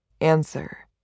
Answer